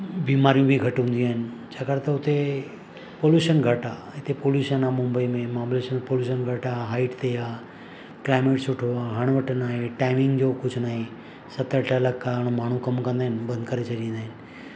बीमारियूं बि घटि हूंदियूं आहिनि छाकाणि त उते पॉल्यूशन घटि आहे हिते पॉल्यूशन आहे मुंबई में महाबलेश्वर में पॉल्यूशन घटि आहे हाइट ते आहे क्लाइमेट सुठो आहे हण वटि न आहे टाइमिंग जो कुझु न आहे सत अठ लख माण्हू कमु कंदा आहिनि बंदि करे छॾिंदा आहिनि